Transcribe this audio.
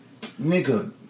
nigga